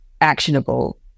actionable